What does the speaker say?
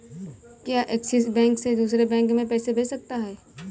क्या Axis bank से दूसरे बैंक में पैसे भेजे जा सकता हैं?